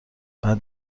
بعد